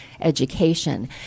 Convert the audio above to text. education